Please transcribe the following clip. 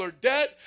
debt